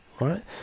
Right